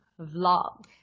vlog